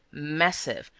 massive,